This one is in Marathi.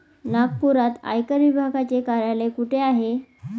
नागपुरात आयकर विभागाचे कार्यालय कुठे आहे?